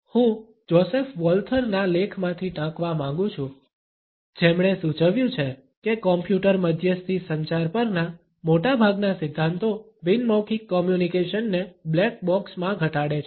હું જોસેફ વોલ્થરના લેખમાંથી ટાંકવા માંગુ છું જેમણે સૂચવ્યું છે કે કોમ્પ્યુટર મધ્યસ્થી સંચાર પરના મોટાભાગના સિદ્ધાંતો બિન મૌખિક કોમ્યુનિકેશનને બ્લેક બોક્સ માં ઘટાડે છે